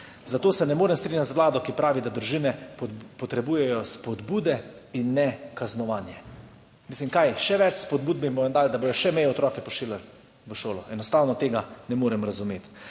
Zato se ne morem strinjati z Vlado, ki pravi, da družine potrebujejo spodbude in ne kaznovanja. Mislim, kaj? Še več spodbud jim bodo dali, da bodo še manj otroke pošiljali v šolo? Enostavno tega ne morem razumeti.